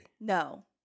No